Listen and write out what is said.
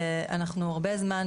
אנחנו הרבה זמן,